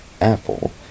apple